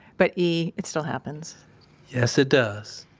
but, e, it still happens yes it does.